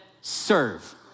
serve